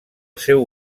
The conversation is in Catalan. seu